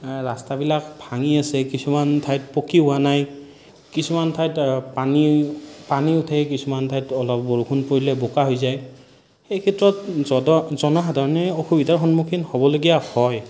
ৰাস্তাবিলাক ভাঙি আছে কিছুমান ঠাইত পকী হোৱা নাই কিছুমান ঠাইত পানী পানী উঠে কিছুমান ঠাইত অলপ বৰষুণ পৰিলেই বোকা হৈ যায় এই ক্ষেত্ৰত জনসাধাৰণে অসুবিধাৰ সন্মুখীন হ'বলগীয়া হয়